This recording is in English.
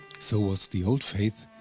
so was the old faith,